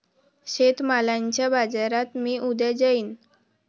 शेतमालाच्या बाजारात मी उद्या जाईन